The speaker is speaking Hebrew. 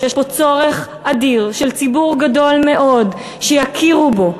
יש פה צורך אדיר של ציבור גדול מאוד שיכירו בו,